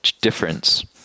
difference